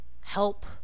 help